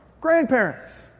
grandparents